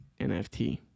NFT